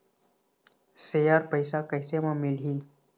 Share पैसा कैसे म मिलही?